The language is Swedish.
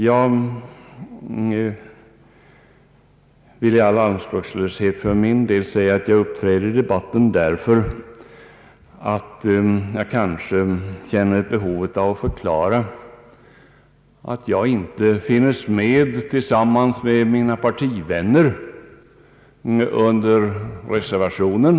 Jag vill i all anspråkslöshet för min egen del säga att jag uppträder i denma debatt därför att jag känner ett behov av att förklara varför jag inte finns med bland mina partivänner som undertecknat reservationen.